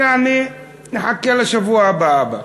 כלומר, נחכה לשבוע הבא.